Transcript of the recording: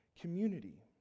community